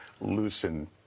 loosen